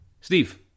Steve